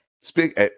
Speak